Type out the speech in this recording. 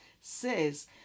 says